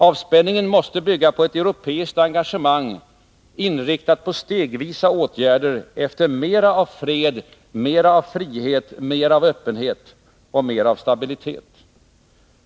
Avspänningen måste bygga på ett europeiskt engagemang, inriktat på stegvisa åtgärder efter mera av fred, mera av frihet och öppenhet samt mera av stabilitet.